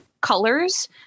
colors